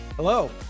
Hello